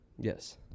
Yes